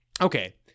Okay